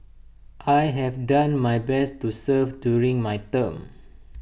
I have done my best to serve during my term